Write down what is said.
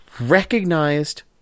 recognized